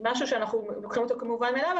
משהו שאנחנו לוקחים אותו כמובן מאליו,